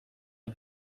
het